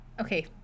okay